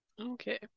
Okay